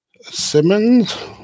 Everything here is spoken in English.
Simmons